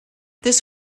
this